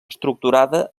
estructurada